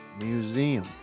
Museum